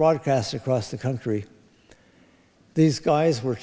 broadcast across the country these guys were